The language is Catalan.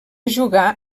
jugà